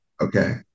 Okay